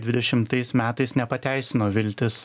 dvidešimtais metais nepateisino viltis